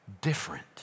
Different